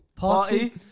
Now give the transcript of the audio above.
Party